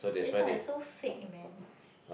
it's like so fake man